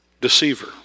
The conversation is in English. deceiver